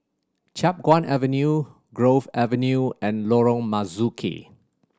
Chiap Guan Avenue Grove Avenue and Lorong Marzuki